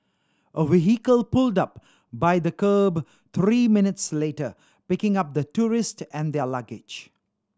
a vehicle pulled up by the kerb three minutes later picking up the tourist and their luggage